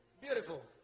Beautiful